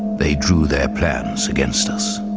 they drew their plans against us.